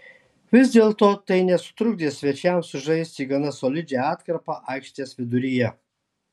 vis dėlto tai nesutrukdė svečiams sužaisti gana solidžią atkarpą aikštės viduryje